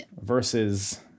versus